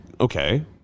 okay